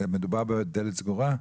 מדובר בדלת סגורה?